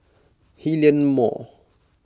Hillion Mall